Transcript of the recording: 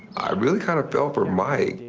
i really kind of felt for mike.